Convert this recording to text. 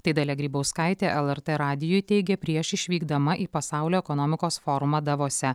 tai dalia grybauskaitė lrt radijui teigė prieš išvykdama į pasaulio ekonomikos forumą davose